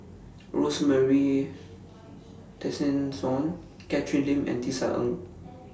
Rosemary Tessensohn Catherine Lim and Tisa Ng